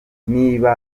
niba